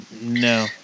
No